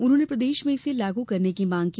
उन्होंने प्रदेश में इसे लागू करने की मांग की